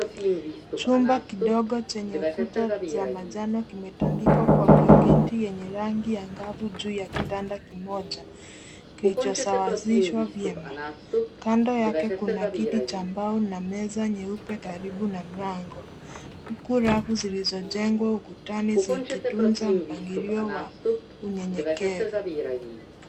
Chumba kidogo chenye ukuta za manjano kimetandikwa kwa blanketi yenye rangi angavu juu ya ya kitanda kimoja kilichosawasishwa vyema. Kando yake kuna kiti cha mbao na meza nyeupe karibu na mlango, huku rafu zilizojengwa ukutani zilitunza mpangilio za unyenyekevu.